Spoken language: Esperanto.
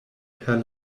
per